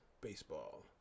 baseball